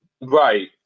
Right